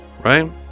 right